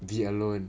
be alone